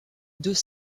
deux